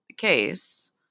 case